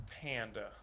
Panda